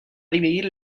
dividir